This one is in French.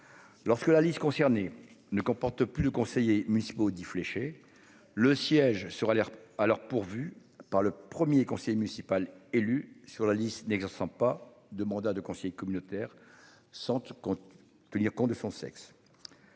Lorsque la liste concernés ne comporte plus de conseillers municipaux 10 fléchés. Le siège sera l'air alors pourvu par le 1er conseiller municipal élu sur la liste n'exerçant pas de mandat de conseiller communautaire sans compte. Tenir compte de son sexe.